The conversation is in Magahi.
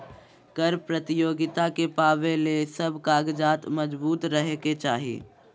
कर प्रतियोगिता के पावे ले सब कागजात मजबूत रहे के चाही